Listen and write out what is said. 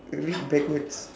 read backwards